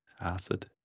acid